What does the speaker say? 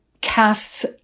casts